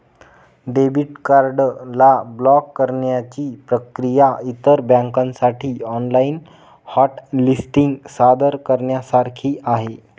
debit card ला block करण्याची प्रक्रिया इतर बँकांसाठी ऑनलाइन हॉट लिस्टिंग सादर करण्यासारखी आहे